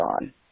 on